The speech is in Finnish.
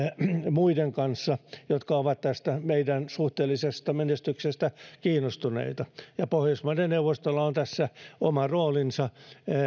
muiden kanssa jotka ovat tästä meidän suhteellisesta menestyksestämme kiinnostuneita ja pohjoismaiden neuvostolla on oma roolinsa